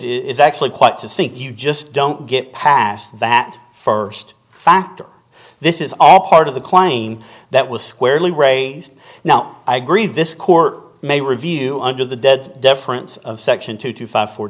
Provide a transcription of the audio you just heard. is actually quite to think you just don't get past that first factor this is all part of the claim that was squarely raised now i agree this court may review under the dead deference of section two to five four